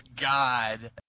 god